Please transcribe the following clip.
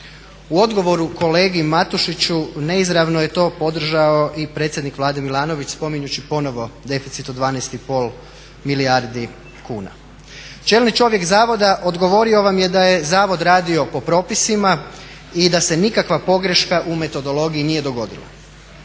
U odgovoru kolegi Matušiću neizravno je to podržao i predsjednik Vlade Milanović spominjući ponovno deficit od 12,5 milijardi kuna. Čelni čovjek zavoda odgovorio vam je da je zavod radio po propisima i da se nikakva pogreška u metodologiji nije dogodila.